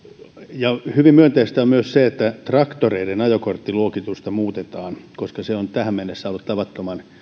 hyvin myönteistä on myös se että traktoreiden ajokorttiluokitusta muutetaan koska se on tähän mennessä ollut tavattoman